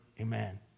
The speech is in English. Amen